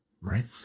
right